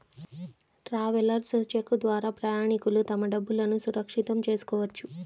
travellers cheque ద్వారా ప్రయాణికులు తమ డబ్బులును సురక్షితం చేసుకోవచ్చు